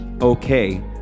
okay